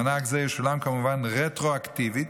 מענק זה ישולם, כמובן, רטרואקטיבית,